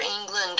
England